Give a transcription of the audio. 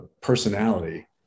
personality